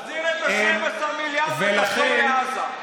תחזיר את 12 המיליארד ונחזור לעזה.